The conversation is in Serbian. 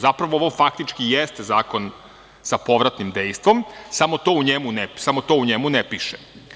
Zapravo, ovo faktički jeste zakon sa povratnim dejstvom, samo to u njemu ne piše.